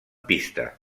pista